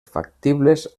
factibles